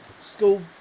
school